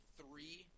three